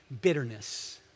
bitterness